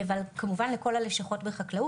אבל כמובן העברנו אותו גם לכל הלשכות בחקלאות,